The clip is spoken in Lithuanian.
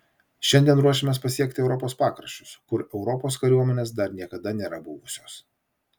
šiandien ruošėmės pasiekti europos pakraščius kur europos kariuomenės dar niekada nėra buvusios